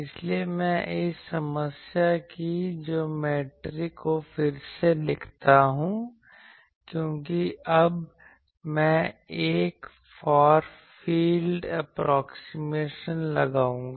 इसलिए मैं इस समस्या की ज्योमेट्री को फिर से लिखता हूं क्योंकि अब मैं एक फार फील्ड एप्रोक्सीमेशन लगाऊंगा